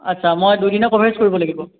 আচ্ছা মই দুদিনৰ ক'ভাৰেজ কৰিব লাগিব